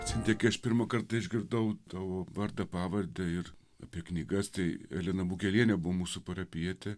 sintija kai aš pirmą kartą išgirdau tavo vardą pavardę ir apie knygas tai elena bukelienė buvo mūsų parapijietė